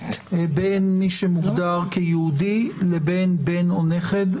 בין מי שמוגדר כיהודי לבין בן או נכד.